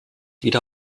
wieder